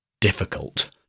difficult